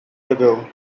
ago